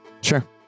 Sure